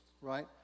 right